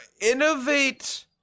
Innovate